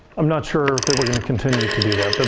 i'm not sure that we're going to continue to do that. but